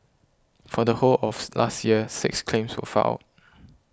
for the whole of last year six claims were filed